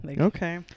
Okay